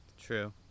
true